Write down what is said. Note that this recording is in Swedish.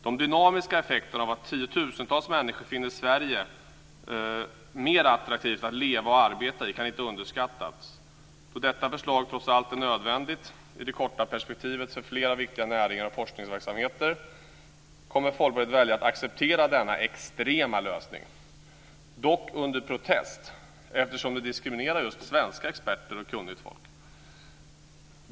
De dynamiska effekterna av att tiotusentals människor finner Sverige mer attraktivt att leva och arbeta i har vi kanske underskattat. Då detta förslag trots allt är nödvändigt i det korta perspektivet för flera viktiga näringar och forskningsverksamheter, kommer Folkpartiet att välja att acceptera denna extrema lösning, dock under protest, eftersom den diskriminerar svenska experter och annat kunnigt svenskt folk.